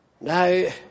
Now